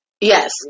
Yes